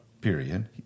Period